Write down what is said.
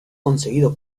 conseguido